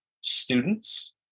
students